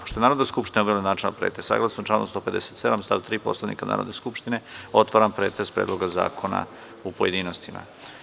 Pošto je Narodna skupština obavila načelni pretres, saglasno članu 157. stav 3. Poslovnika Narodne skupštine otvaram pretres Predloga zakona u pojedinostima.